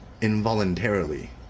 involuntarily